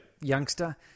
youngster